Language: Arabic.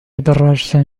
دراجة